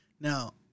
Now